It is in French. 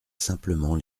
simplement